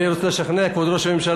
אני רוצה לשכנע את כבוד ראש הממשלה.